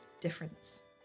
difference